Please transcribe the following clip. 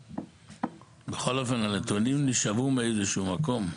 בכל אופן, הנתונים נשאבו מאיזשהו מקום.